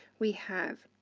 we have